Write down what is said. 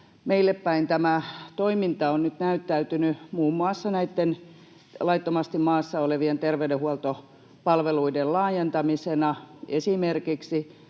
meille päin tämä toiminta on nyt näyttäytynyt muun muassa näitten laittomasti maassa olevien terveydenhuoltopalveluiden laajentamisena.